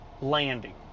landing